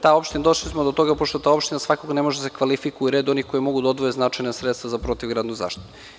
Došli smo do toga, pošto ta opština svakako ne može da se kvalifikuje u red onih koji mogu da odvoje značajna sredstva za protivgradnu zaštitu.